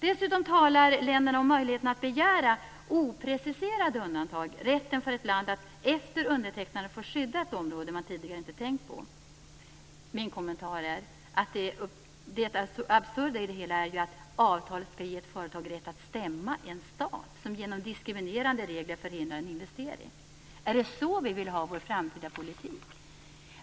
Dessutom talar länderna om möjligheten att begära opreciserade undantag, dvs. rätten för ett land att efter undertecknandet få skydda ett område man tidigare inte tänkt på. Min kommentar är att det absurda i det hela är att avtalet skall ge ett företag rätt att stämma en stat som genom diskriminerande regler förhindrar en investering. Är det så vi vill ha vår framtida politik?